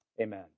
Amen